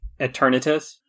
Eternatus